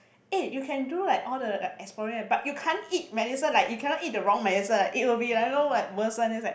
eh you can do like all the like exploring eh but you can't eat medicine like you cannot eat the wrong medicine ah it will be like no but worsen is like